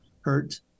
hurt